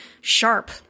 sharp